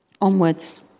onwards